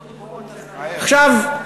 עכשיו,